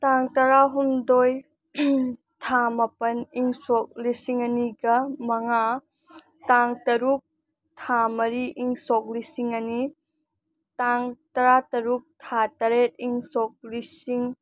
ꯇꯥꯡ ꯇꯔꯥꯍꯨꯝꯗꯣꯏ ꯊꯥ ꯃꯥꯄꯜ ꯏꯪ ꯁꯣꯛ ꯂꯤꯁꯤꯡ ꯑꯅꯤꯒ ꯃꯉꯥ ꯇꯥꯡ ꯇꯔꯨꯛ ꯊꯥ ꯃꯔꯤ ꯏꯪ ꯁꯣꯛ ꯂꯤꯁꯤꯡ ꯑꯅꯤ ꯇꯥꯡ ꯇꯔꯥꯇꯔꯨꯛ ꯊꯥ ꯇꯔꯦꯠ ꯏꯪ ꯁꯣꯛ ꯂꯤꯁꯤꯡ